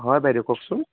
হয় বাইদেউ কওকচোন